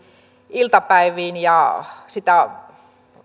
iltapäiviin ja